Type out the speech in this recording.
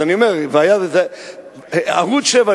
בעניין ערוץ-7,